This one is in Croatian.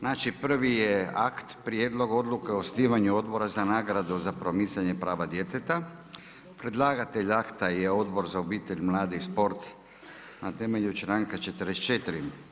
Znači, prvi je akt - Prijedlog odluke o osnivanju Odbora za nagradu za promicanje prava djeteta Predlagatelj akta je Odbor za obitelj, mlade i sport na temelju članka 44.